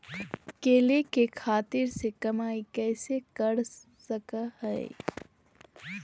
केले के खेती से कमाई कैसे कर सकय हयय?